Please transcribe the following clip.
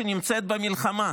שנמצאת במלחמה.